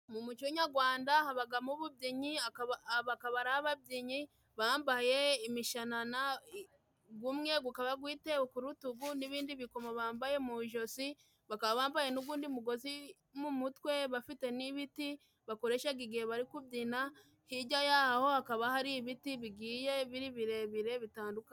Mu muco nyagwanda habagamo ububyinyi, bakaba ari ababyinyi bambaye imishanana, gumwe gukaba gwitewe ku rutugu n'ibindi bikomo bambaye mu josi, bakaba bambaye n'ugundi mugozi mu mutwe, bafite n'ibiti bakoreshaga igihe bari kubyina, hijya yaho hakaba hari ibiti bigiye biri birebire bitandukanye.